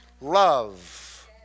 love